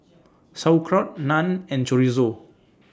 Sauerkraut Naan and Chorizo